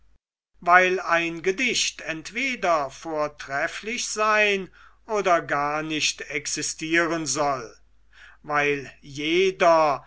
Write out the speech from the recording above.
weil ein gedicht entweder vortrefflich sein oder gar nicht existieren soll weil jeder